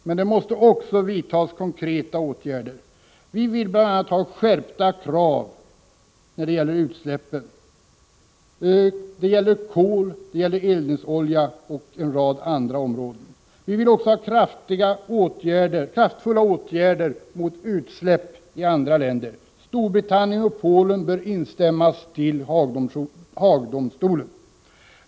Men det måste också vidtas konkreta åtgärder. Vi vill bl.a. ha skärpta krav för att minska utsläpp — det gäller kol och eldningsolja. Vi begär också kraftfulla åtgärder mot utsläpp i andra länder. Storbritannien och Polen bör instämmas till Haagdomstolen.